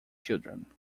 children